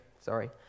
sorry